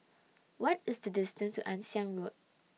What IS The distance to Ann Siang Road